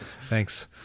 Thanks